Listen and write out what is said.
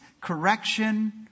correction